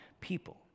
people